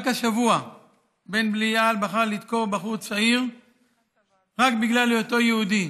רק השבוע בן בליעל בחר לדקור בחור צעיר רק בגלל היותו יהודי.